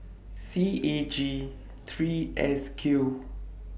C A G three S Q